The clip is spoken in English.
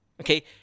Okay